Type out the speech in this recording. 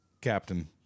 Captain